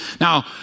Now